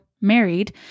married